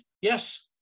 Yes